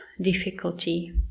difficulty